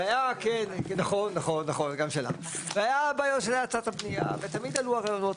זה היה כן, נכון נכון גם שלך, ותמיד עלו הרעיונות.